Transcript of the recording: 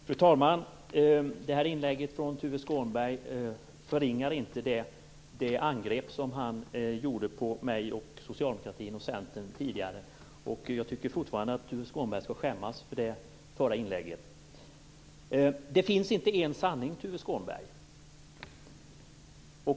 Fru talman! Tuve Skånbergs inlägg förringar inte hans tidigare angrepp mot mig och socialdemokratin, liksom mot Centern. Jag tycker fortfarande att Tuve Skånberg skall skämmas för sitt förra inlägg. Det finns inte en sanning, Tuve Skånberg!